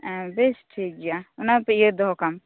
ᱮᱻ ᱵᱮᱥ ᱴᱷᱤᱠ ᱜᱮᱭᱟ ᱚᱱᱟ ᱠᱚ ᱩᱭᱦᱟᱹᱨ ᱫᱚᱦᱚ ᱠᱟᱜ ᱟᱢ